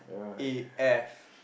A_F